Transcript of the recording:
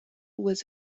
was